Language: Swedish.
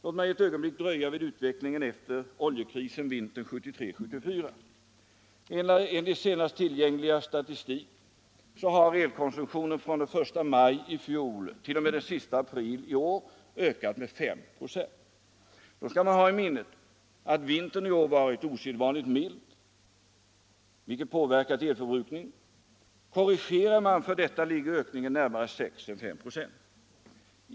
Låt mig ett ögonblick dröja vid utvecklingen efter oljekrisen vintern 1973-1974. Enligt senast tillgänglig statistik har elkonsumtionen från 1 maj i fjol t. 0. m. den 30 april i år ökat med 5 96. Då skall man ha i minnet att vintern i år varit osedvanligt mild, vilket påverkat elförbrukningen. Gör man korrigeringar på grund av detta ligger ökningen närmare 6 än 5 96.